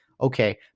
okay